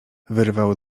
wyrwał